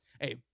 Hey